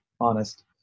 honest